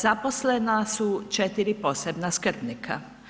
Zaposlena su 4 posebna skrbnika.